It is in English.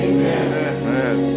Amen